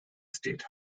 state